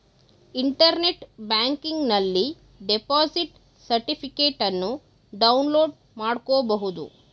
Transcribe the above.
internet ಬ್ಯಾಂಕಿಂಗನಲ್ಲಿ deposit ಸರ್ಟಿಫಿಕೇಟನ್ನು download ಮಾಡ್ಕೋಬಹುದು